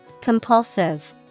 Compulsive